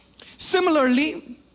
Similarly